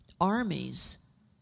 Armies